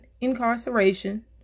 incarceration